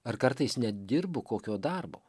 ar kartais nedirbu kokio darbo